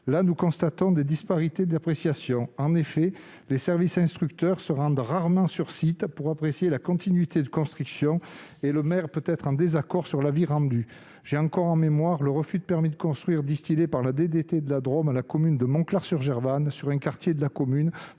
Là, nous constatons des disparités d'appréciation. En effet, les services instructeurs se rendent rarement sur site pour apprécier la continuité de construction, et le maire peut être en désaccord sur l'avis rendu. J'ai encore en mémoire le refus de permis de construire distillé par la DDT de la Drôme à la commune de Montclar-sur-Gervanne sur un quartier, pour